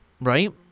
right